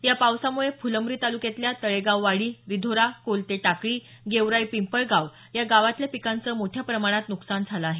या पावसामुळे फुलंब्री तालुक्यातल्या तळेगाव वाडी रिधोरा कोलते टाकळी गेवराई पिंळगाव या गावातल्या पिकांचं मोठ्या प्रमाणात नुकसान झालं आहे